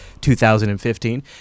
2015